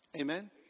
Amen